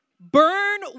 burn